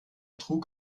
trug